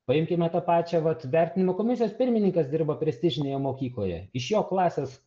paimkime tą pačią vat vertinimo komisijos pirmininkas dirba prestižinėje mokykloje iš jo klasės